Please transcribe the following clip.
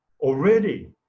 already